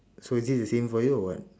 so is this the same for you or what